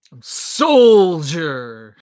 Soldier